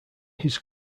his